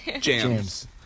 Jams